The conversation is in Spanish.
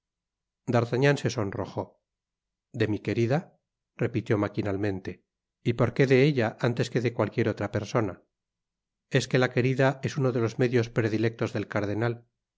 d'artagnan se sonrojó de mi querida repitió maquinalmente y por qué de ella antes que de cualquiera otra persona es que la querida es uno de los medios predilectos del cardenal